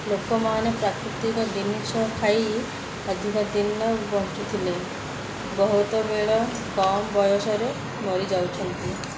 ଲୋକମାନେ ପ୍ରାକୃତିକ ଜିନିଷ ଖାଇ ଅଧିକ ଦିନ ବଞ୍ଚୁଥିଲେ ବହୁତ ବେଳ କମ୍ ବୟସରେ ମରିଯାଉଛନ୍ତି